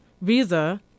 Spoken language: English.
visa